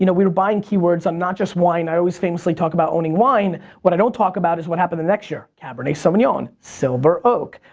you know we were buying keywords on not just wine. i always famously talk about owning wine. what i don't talk about is what happened the next year cabernet sauvignon, silver oak,